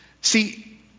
See